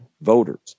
voters